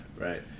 right